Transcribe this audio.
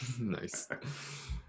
Nice